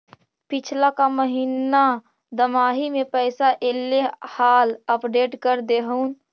पिछला का महिना दमाहि में पैसा ऐले हाल अपडेट कर देहुन?